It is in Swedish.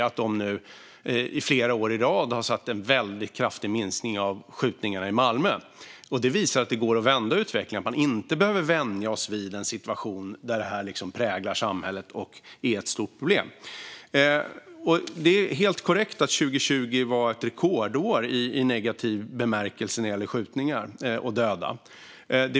Man har nu flera år i rad sett en väldigt kraftig minskning av skjutningarna i Malmö. Det visar att det går att vända utvecklingen och att vi inte behöver vänja oss vid en situation där detta präglar samhället och är ett stort problem. Det är helt korrekt att 2020 var ett rekordår i negativ bemärkelse när det gäller skjutningar och döda.